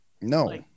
No